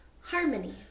Harmony